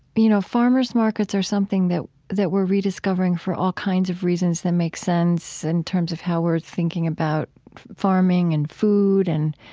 you know, farmers markets are something that that we're rediscovering for all kinds of reasons that make sense in terms of how we're thinking about farming and food and